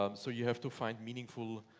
um so you have to find meaningful